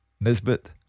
Nisbet